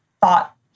thought